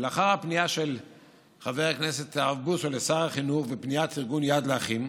לאחר הפנייה של חבר הכנסת הרב בוסו לשר החינוך ופניית ארגון יד לאחים,